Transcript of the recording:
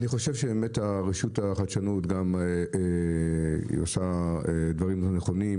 אני חושב שבאמת הרשות לחדשנות גם היא עושה דברים לא נכונים,